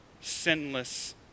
sinless